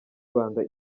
rwanda